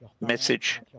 message